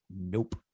Nope